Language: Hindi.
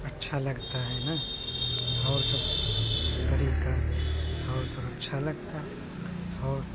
अच्छा लगता है ना और सब तरीका और सब अच्छा लगता है और